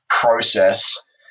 process